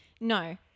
No